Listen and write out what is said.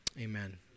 Amen